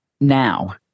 now